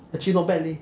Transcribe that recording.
actually not bad leh